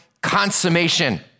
consummation